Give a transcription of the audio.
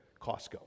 costco